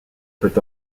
peut